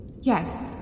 Yes